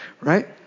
right